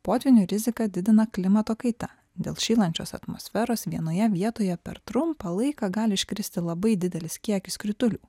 potvynių riziką didina klimato kaita dėl šylančios atmosferos vienoje vietoje per trumpą laiką gali iškristi labai didelis kiekis kritulių